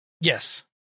Yes